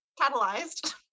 Catalyzed